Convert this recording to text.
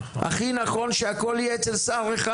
הכי נכון שהכל יהיה אצל שר אחד".